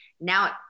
Now